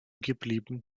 geblieben